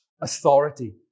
authority